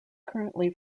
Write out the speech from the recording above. currently